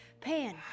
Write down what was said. Pan